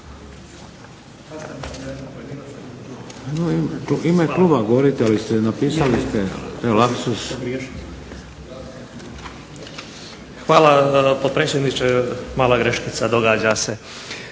Hvala potpredsjedniče. Mala greškica, događa se.